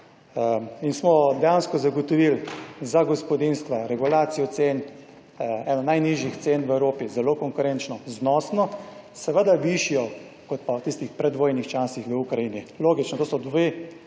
In smo dejansko zagotovili za gospodinjstva regulacijo cen, eno najnižjih cen v Evropi, zelo konkurenčno, znosno, seveda višjo kot pa v tistih predvojnih časih v Ukrajini, logično, to sta dva